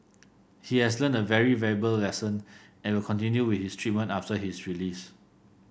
he has learnt a very valuable lesson and will continue with his treatment after his release